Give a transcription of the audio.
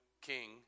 king